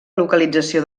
localització